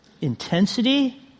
intensity